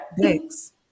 Thanks